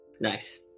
Nice